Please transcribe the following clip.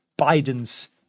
Biden's